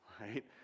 Right